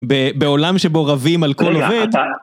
בעולם שבו רבים על כל עובד.